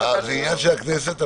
זה עניין של הכנסת.